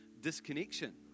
disconnection